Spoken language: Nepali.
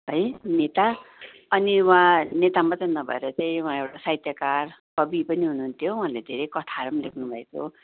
है नेता अनि उहाँ नेता मात्रै नभएर चाहिँ उहाँ एउटा साहित्यकार कवि पनि हुनुहुन्थ्यो उहाँले धेरै कथाहरू पनि लेख्नु भएको